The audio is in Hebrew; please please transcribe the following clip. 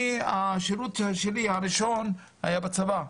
השירות שלי הראשון היה בצבא.